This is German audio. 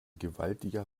gewaltiger